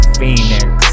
Phoenix